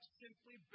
simply